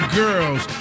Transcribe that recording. girls